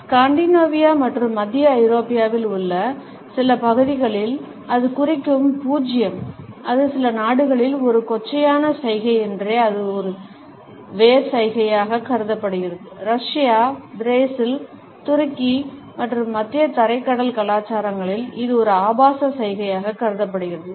Scandinavia மற்றும் மத்திய ஐரோப்பாவில் உள்ள சில பகுதிகளில்அது குறிக்கும் பூஜ்யம்அது சில நாடுகளில் ஒரு கொச்சையான சைகை என்றே இது ஒரு வேர் சைகையாக கருதப்படுகிறது ரஷ்யா பிரேசில் துருக்கி மற்றும் மத்திய தரைக்கடல் கலாச்சாரங்களில் இது ஒரு ஆபாச சைகையாக கருதப்படுகிறது